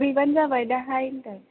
फैबानो जाबाय दाहाय होनदां